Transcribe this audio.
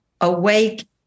awake